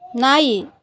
ನಾಯಿ